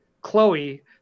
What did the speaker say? Chloe